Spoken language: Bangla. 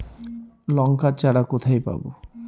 লঙ্কার চারা কোথায় পাবো?